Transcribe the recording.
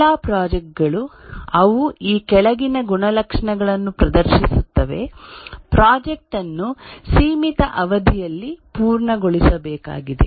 ಎಲ್ಲಾ ಪ್ರಾಜೆಕ್ಟ್ ಗಳು ಅವು ಈ ಕೆಳಗಿನ ಗುಣಲಕ್ಷಣಗಳನ್ನು ಪ್ರದರ್ಶಿಸುತ್ತವೆ ಪ್ರಾಜೆಕ್ಟ್ ಅನ್ನು ಸೀಮಿತ ಅವಧಿಯಲ್ಲಿ ಪೂರ್ಣಗೊಳಿಸಬೇಕಾಗಿದೆ